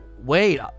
Wait